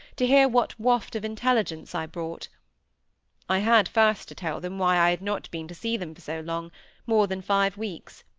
to hear what waft of intelligence i brought i had first to tell them why i had not been to see them for so long more than five weeks.